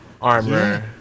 armor